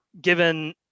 given